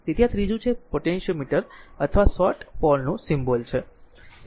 તેથી આ ત્રીજું છે પોટેન્ટીયોમીટર અથવા શોર્ટ પોટનું સિમ્બોલ છે